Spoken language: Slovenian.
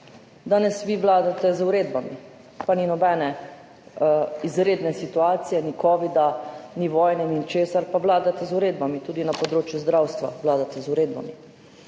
Danes vi vladate z uredbami, pa ni nobene izredne situacije, ni covida, ni vojne, ničesar, pa vladate z uredbami, tudi na področju zdravstva vladate z uredbami.